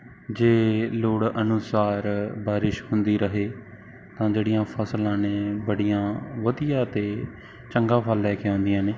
ਜੇ ਲੋੜ ਅਨੁਸਾਰ ਬਾਰਿਸ਼ ਹੁੰਦੀ ਰਹੇ ਤਾਂ ਜਿਹੜੀਆਂ ਫਸਲਾਂ ਨੇ ਬੜੀਆਂ ਵਧੀਆ ਅਤੇ ਚੰਗਾ ਫਲ ਲੈ ਕੇ ਆਉਂਦੀਆਂ ਨੇ